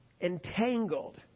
entangled